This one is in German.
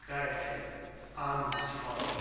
gräfin ahnungsvoll